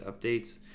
updates